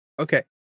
Okay